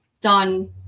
done